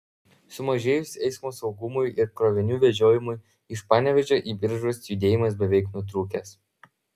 sumažėjus eismo saugumui ir krovinių vežiojimui iš panevėžio į biržus judėjimas beveik nutrūkęs